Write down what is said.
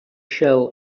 shell